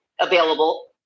available